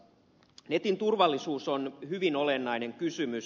netin turvallisuus on hyvin olennainen kysymys